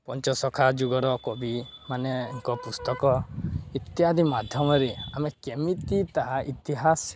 ପଞ୍ଚଶଖା ଯୁଗର କବିମାନଙ୍କ ପୁସ୍ତକ ଇତ୍ୟାଦି ମାଧ୍ୟମରେ ଆମେ କେମିତି ତାହା ଇତିହାସ